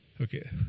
Okay